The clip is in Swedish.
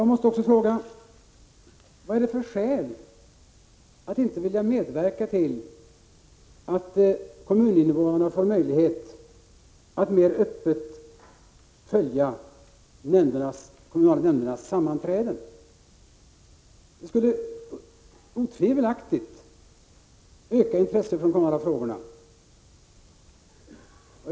Jag måste också fråga: Vad finns det för skäl att inte vilja medverka till att kommuninvånarna får möjlighet att mer öppet än nu följa de kommunala nämndernas sammanträden? Det skulle otvivelaktigt öka intresset för de kommunala frågorna.